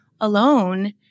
alone